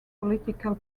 political